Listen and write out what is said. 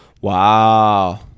Wow